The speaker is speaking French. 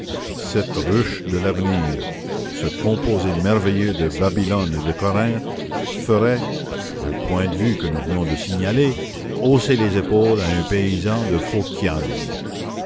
ce composé merveilleux de babylone et de corinthe ferait au point de vue que nous venons de signaler hausser les épaules à un paysan du